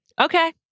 okay